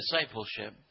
discipleship